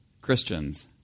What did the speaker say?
Christians